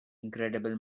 incredible